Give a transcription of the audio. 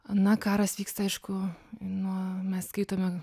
na karas vyksta aišku nuo mes skaitome